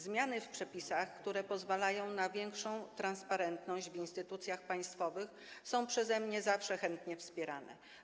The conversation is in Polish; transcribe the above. Zmiany w przepisach, które pozwalają na większą transparentność w instytucjach państwowych, są przeze mnie zawsze chętnie wspierane.